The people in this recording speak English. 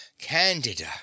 Candida